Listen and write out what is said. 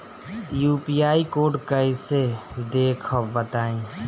UPI code कैसे देखब बताई?